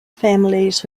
families